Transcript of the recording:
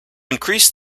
increase